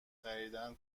خریدن